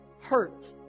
hurt